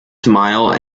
smile